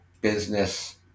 business